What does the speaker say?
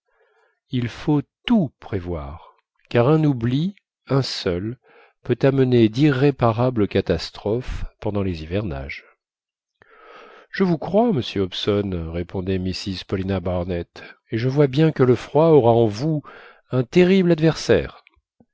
il faut tout prévoir car un oubli un seul peut amener d'irréparables catastrophes pendant les hivernages je vous crois monsieur hobson répondait mrs paulina barnett et je vois bien que le froid aura en vous un terrible adversaire